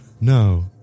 No